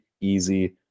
easy